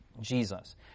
Jesus